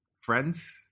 friends